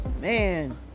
Man